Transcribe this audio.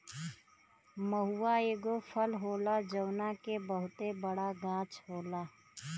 महुवा एगो फल होला जवना के बहुते बड़ गाछ होला